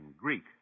Greek